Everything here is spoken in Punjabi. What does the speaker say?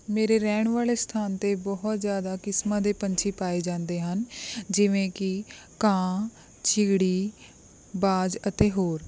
ਮੇਰੇ ਰਹਿਣ ਵਾਲੇ ਸਥਾਨ 'ਤੇ ਬਹੁਤ ਜ਼ਿਆਦਾ ਕਿਸਮਾਂ ਦੇ ਪੰਛੀ ਪਾਏ ਜਾਂਦੇ ਹਨ ਜਿਵੇਂ ਕਿ ਕਾਂ ਚਿੜੀ ਬਾਜ਼ ਅਤੇ ਹੋਰ